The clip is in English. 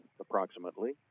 approximately